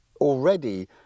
already